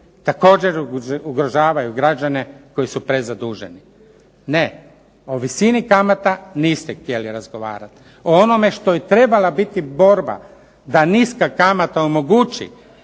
također ugrožavaju građane koji su prezaduženi. Ne, o visini kamata niste htjeli razgovarati. O onome što je trebala biti borba da niska kamata omogući